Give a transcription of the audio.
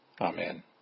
Amen